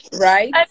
right